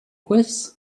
quiz